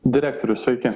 direktorius sveiki